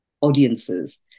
audiences